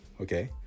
okay